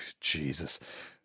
Jesus